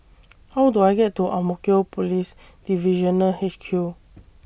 How Do I get to Ang Mo Kio Police Divisional H Q